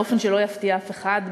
באופן שלא יפתיע אף אחד,